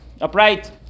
upright